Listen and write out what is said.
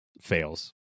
fails